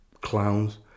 clowns